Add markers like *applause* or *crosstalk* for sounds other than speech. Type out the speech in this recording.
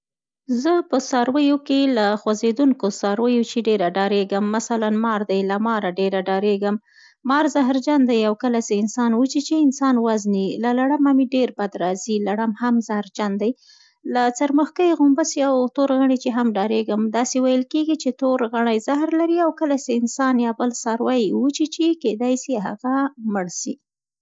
زه په څارویو کې له خوځېدونکو څارویو چې ډېره ډاریږم. مثلا مار دی، له ماره ډېره ډاریږم. *noise* مار زهرجن دی او کله سي انسان وچیچي، انسان وزني. له لړمه مې هم ډېر بد راځي، لړم هم زهرجن دی. له څرمښکۍ، غومبسي او تور غڼي چې هم ډاریږم، داسې ویل کېږي چې تور غڼی زهر لري او کله سي انسان یا بل څاروی وچیچي کیدای سي هغه مړ سی.